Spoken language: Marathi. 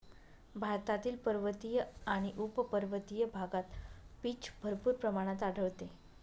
भारतातील पर्वतीय आणि उपपर्वतीय भागात पीच भरपूर प्रमाणात आढळते